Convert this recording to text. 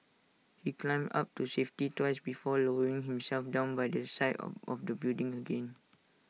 he climbed up to safety twice before lowering himself down by the side of of the building again